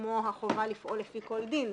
כמו החובה לפעול לפי כל דין.